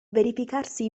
verificarsi